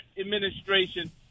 administration